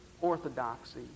orthodoxy